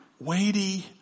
weighty